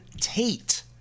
Tate